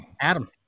Adam